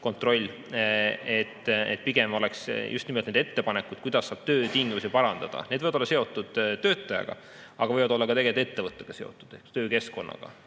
kontroll. Pigem oleksid need just nimelt ettepanekud, kuidas saab töötingimusi parandada. Need võivad olla seotud töötajaga, aga võivad olla ka seotud ettevõttega ehk töökeskkonnaga